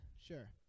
Sure